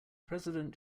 president